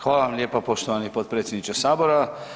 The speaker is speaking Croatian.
Hvala vam lijepa poštovani potpredsjedniče Sabora.